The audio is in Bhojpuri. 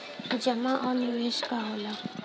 जमा और निवेश का होला?